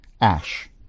Ash